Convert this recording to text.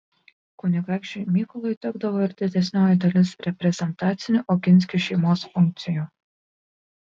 kunigaikščiui mykolui tekdavo ir didesnioji dalis reprezentacinių oginskių šeimos funkcijų